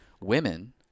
Women